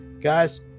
guys